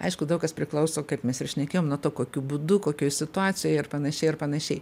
aišku daug kas priklauso kaip mes ir šnekėjom nuo to kokiu būdu kokioj situacijoj ir panašiai ir panašiai